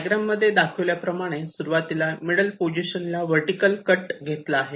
diagram मध्ये दाखवल्याप्रमाणे सुरुवातीला मिडल पोझिशनला वर्टीकल कट घेतला आहे